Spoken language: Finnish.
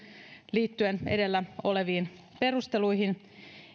liittyen edellä oleviin perusteluihin